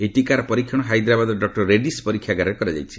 ଏହି ଟିକାର ପରୀକ୍ଷଣ ହାଇଦ୍ରାବାଦର ଡକ୍ଟର ରେଡ୍ଡୀସ୍ ପରୀକ୍ଷା ଗାରରେ କରାଯାଇଛି